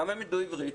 למה הם ידעו עברית?